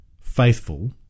faithful